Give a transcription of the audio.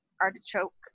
artichoke